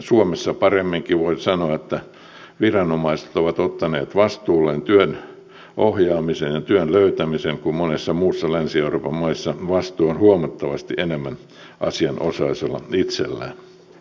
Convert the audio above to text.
suomessa paremminkin voi sanoa että viranomaiset ovat ottaneet vastuulleen työn ohjaamisen ja työn löytämisen kun monissa muissa länsi euroopan maissa vastuu on huomattavasi enemmän asianosaisella vitsillä